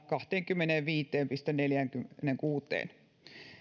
kahteenkymmeneenviiteen pilkku neljäänkymmeneenkuuteen